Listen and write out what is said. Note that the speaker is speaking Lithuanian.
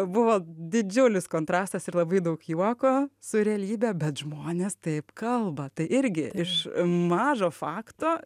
buvo didžiulis kontrastas ir labai daug juoko su realybe bet žmonės taip kalba tai irgi iš mažo fakto